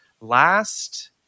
last